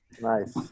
nice